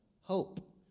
hope